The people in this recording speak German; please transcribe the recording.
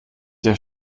der